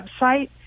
website